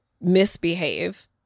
misbehave